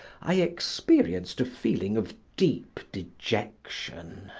i experienced a feeling of deep dejection.